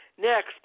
Next